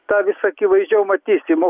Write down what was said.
tą vis akivaizdžiau matysim o